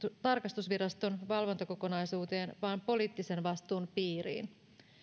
tarkastusviraston valvontakokonaisuuteen vaan poliittisen vastuun piiriin